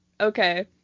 Okay